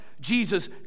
Jesus